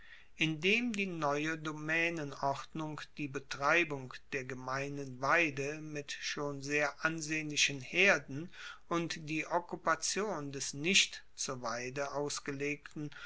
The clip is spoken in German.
indem die neue domaenenordnung die betreibung der gemeinen weide mit schon sehr ansehnlichen herden und die okkupation des nicht zur weide ausgelegten